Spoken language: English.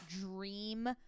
dream